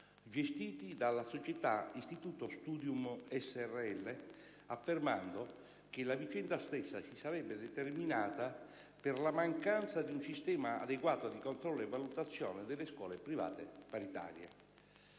gestiti dalla società "Istituto Studium s.r.l", affermando che la vicenda stessa si sarebbe determinata per la "mancanza di un sistema adeguato di controllo e valutazione delle scuole private paritarie".